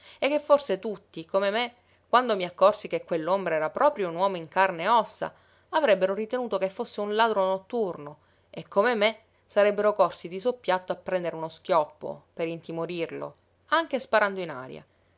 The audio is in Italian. e che forse tutti come me quando mi accorsi che quell'ombra era proprio un uomo in carne e ossa avrebbero ritenuto che fosse un ladro notturno e come me sarebbero corsi di soppiatto a prendere uno schioppo per intimorirlo anche sparando in aria